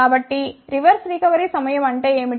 కాబట్టి reverse recovery సమయం అంటే ఏమిటి